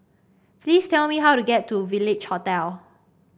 please tell me how to get to Village Hotel